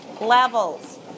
levels